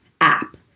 app